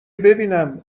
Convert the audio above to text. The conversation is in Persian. ببینم